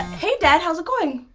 hey dad, how's it going?